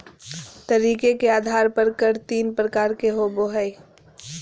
तरीके के आधार पर कर तीन प्रकार के होबो हइ